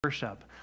Worship